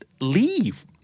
leave